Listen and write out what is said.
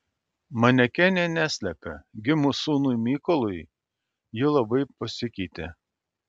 manekenė neslepia gimus sūnui mykolui ji labai pasikeitė